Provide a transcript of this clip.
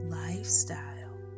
lifestyle